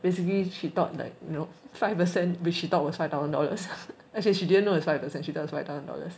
basically she thought like you know five percent which she thought was five thousand dollars actually she didn't know it's five percent she thought it's five thousand dollars